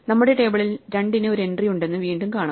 നമ്മുടെ ടേബിളിൽ 2 ന് ഒരു എൻട്രി ഉണ്ടെന്ന് വീണ്ടും കാണാം